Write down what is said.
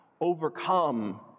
overcome